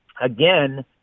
again